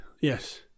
yes